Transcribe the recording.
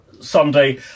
Sunday